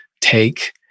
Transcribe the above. take